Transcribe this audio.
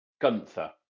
Gunther